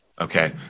Okay